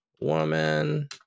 Woman